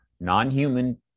Non-human